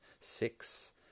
six